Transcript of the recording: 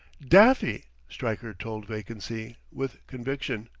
daffy, stryker told vacancy, with conviction.